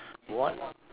what